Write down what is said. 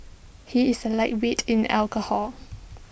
he is A lightweight in alcohol